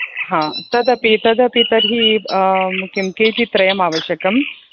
आम् तदपि तदपि तर्हि अ किं केजी त्रयम् आवश्यकम्